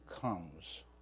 comes